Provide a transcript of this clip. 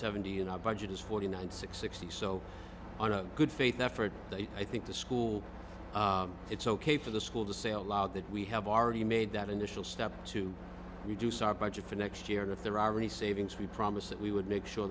seventy and our budget is forty nine six sixty so on a good faith effort i think the school it's ok for the school to say aloud that we have already made that initial step to reduce our budget for next year and if there are any savings we promise that we would make sure